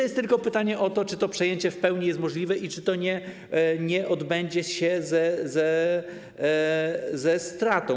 Jest tylko pytanie o to, czy to przejęcie w pełni jest możliwe i czy to nie odbędzie się ze stratą.